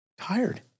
tired